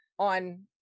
on